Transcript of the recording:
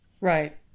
right